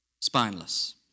spineless